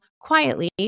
quietly